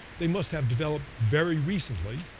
they must have developed very recently.